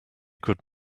could